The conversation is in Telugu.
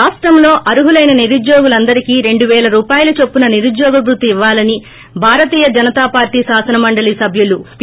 రాష్టంలో అర్హులైన నిరుద్యోగులందరికి రెండు పేల రూపాయల చొప్పున నిరుద్యోగ భ్రుతి ఇవ్వాలని భారతీయ జనతా పార్టీ శాసన మండలి సభ్యులు పి